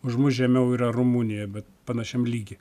už mus žemiau yra rumunija bet panašiam lygy